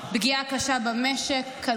פגיעה כלכלית קשה במשק,